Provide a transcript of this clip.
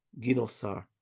Ginosar